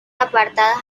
apartadas